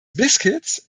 biscuits